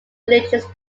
religious